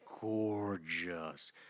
gorgeous